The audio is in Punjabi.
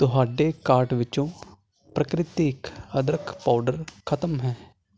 ਤੁਹਾਡੇ ਕਾਰਟ ਵਿੱਚੋਂ ਪ੍ਰਕ੍ਰਿਤੀਕ ਅਦਰਕ ਪਾਊਡਰ ਖਤਮ ਹੈ